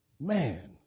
man